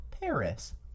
paris